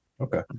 Okay